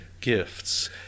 gifts